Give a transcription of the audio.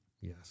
Yes